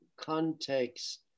context